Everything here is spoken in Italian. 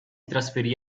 trasferì